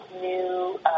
new